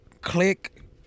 click